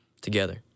together